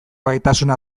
gaitasuna